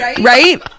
right